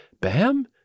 Bam